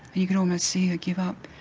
you could almost see her give up.